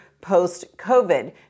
post-COVID